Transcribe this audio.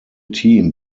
team